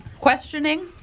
Questioning